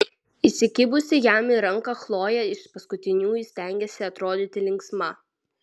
įsikibusi jam į ranką chlojė iš paskutiniųjų stengėsi atrodyti linksma